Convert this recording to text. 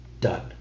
Done